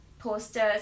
posters